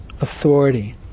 authority